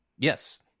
Yes